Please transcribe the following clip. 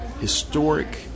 historic